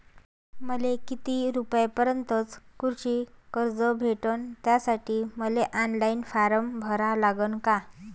मले किती रूपयापर्यंतचं कृषी कर्ज भेटन, त्यासाठी मले ऑनलाईन फारम भरा लागन का?